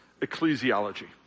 ecclesiology